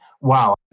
wow